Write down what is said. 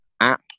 app